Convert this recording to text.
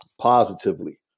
positively